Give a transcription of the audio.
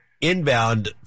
inbound